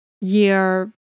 year